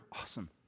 Awesome